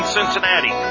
Cincinnati